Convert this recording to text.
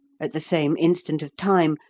at the same instant of time,